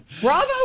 bravo